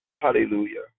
Hallelujah